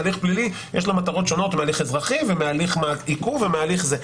להליך פלילי יש מטרות שונות מהליך אזרחי ומהליך עיכוב ומהליך אחר.